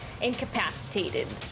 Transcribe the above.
incapacitated